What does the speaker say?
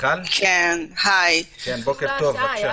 בוקר טוב.